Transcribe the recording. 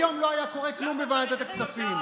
היום לא היה קורה כלום בוועדת הכספים.